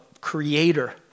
creator